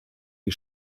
die